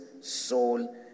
soul